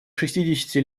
шестидесяти